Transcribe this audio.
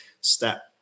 step